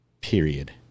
Period